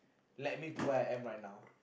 let me to what I am right now